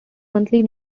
monthly